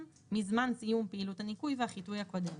מזמן סיום פעילות הניקוי והחיטוי הקודמת.